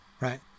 right